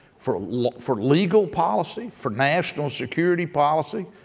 for like for legal policy, for national security policy